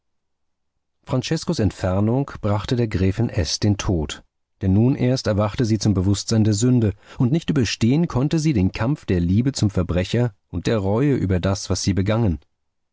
franceskos entfernung brachte der gräfin s den tod denn nun erst erwachte sie zum bewußtsein der sünde und nicht überstehen konnte sie den kampf der liebe zum verbrecher und der reue über das was sie begangen